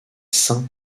saint